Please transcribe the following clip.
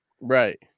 right